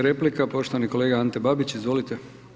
replika poštovani kolega Ante Babić, izvolite.